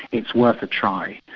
it's worth a try.